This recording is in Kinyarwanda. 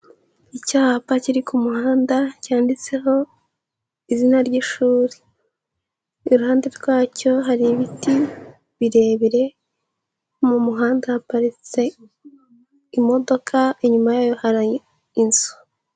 Icyapa kiri ku muhanda cyanditseho izina ry'ishuri, iruhande rwacyo hari ibiti birebire, mu muhanda haparitse imodoka inyuma yayo hari inzu.